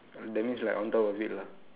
that means like on top of it lah